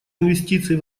инвестиций